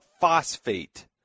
phosphate